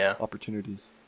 opportunities